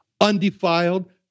undefiled